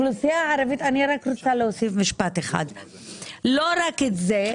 רק את זה.